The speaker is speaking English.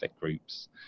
groups